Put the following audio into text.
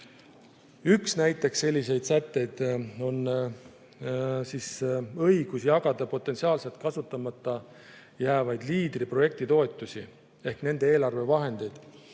Üks selliseid sätteid on õigus jagada potentsiaalselt kasutamata jäävaid Leaderi projekti toetusi ehk nende eelarvevahendeid.